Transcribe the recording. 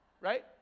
Right